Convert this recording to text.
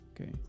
Okay